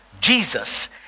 Jesus